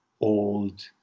old